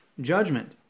judgment